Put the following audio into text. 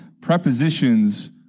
prepositions